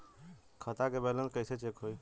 खता के बैलेंस कइसे चेक होई?